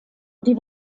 die